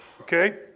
okay